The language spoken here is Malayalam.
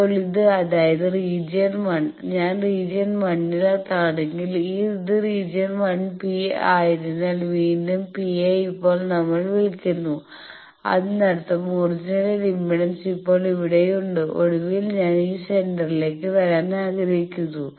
ഇപ്പോൾ ഇത് അതായത് റീജിയൻ 1 ഞാൻ റീജിയൻ 1 ൽ ആണെങ്കിൽ ഇത് റീജിയൻ 1 പി 1 ആയതിനാൽ വീണ്ടും പി യെ ഇപ്പോൾ നമ്മൾ വിളിക്കുന്നു അതിനർത്ഥം ഒറിജിനൽ ഇംപെഡൻസ് ഇപ്പോൾ ഇവിടെയുണ്ട് ഒടുവിൽ ഞാൻ ഈ സെന്ററിലേക്ക് വരാൻ ആഗ്രഹിക്കുന്നു